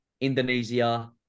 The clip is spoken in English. Indonesia